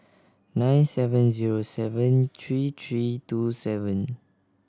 nine seven zero seven three three two seven